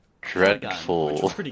Dreadful